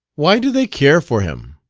why do they care for him?